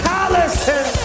Collison